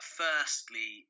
firstly